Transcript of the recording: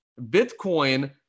Bitcoin